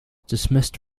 dismissed